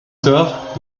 tard